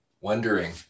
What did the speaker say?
wondering